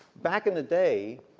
back in the day,